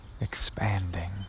expanding